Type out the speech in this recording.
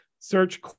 search